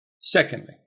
Secondly